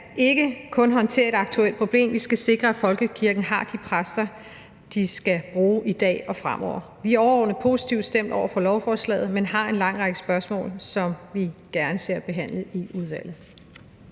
ikke kun håndtere et aktuelt problem, vi skal sikre, at folkekirken har de præster, de skal bruge i dag og fremover. Vi er overordnet positivt stemt over for lovforslaget, men har en lang række spørgsmål, som vi gerne ser behandlet i udvalget.